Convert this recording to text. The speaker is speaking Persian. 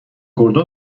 گردن